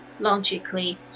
logically